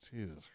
Jesus